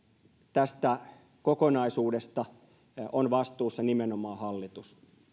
tästä kokonaisuudesta on vastuussa nimenomaan hallitus